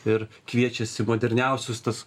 ir kviečiasi moderniausius tuos